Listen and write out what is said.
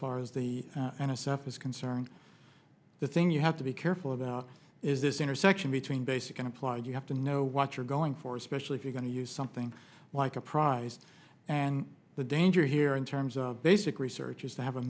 far as the stuff is concerned the thing you have to be careful about is this intersection between basic and applied you have to know what you're going for especially if you're going to use something like a prize and the danger here in terms of basic research is to have a